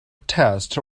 test